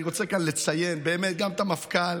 אני רוצה כאן לציין גם את המפכ"ל,